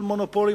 שהן מונופול,